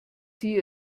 sie